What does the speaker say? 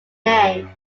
name